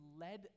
led